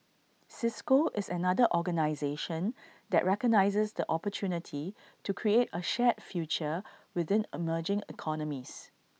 cisco is another organisation that recognises the opportunity to create A shared future within emerging economies